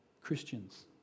Christians